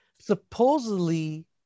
Supposedly